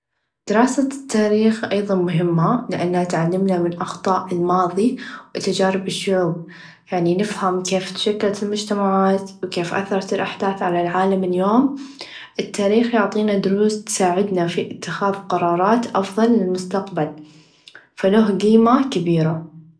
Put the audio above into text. دراسه التاريخ أيظا مهمه لأنها تعلمنا من أخطاء الماظي و تچارب الشعوب يعني نفهم كيف تشتت المچتمعات و كيف أثرت الأحداث على العالم اليوم التاريخ يعطينا دروس تساعدنا في إتخاذ قرارات أفظل للمستقبل فله قيمه كبيره.